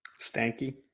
stanky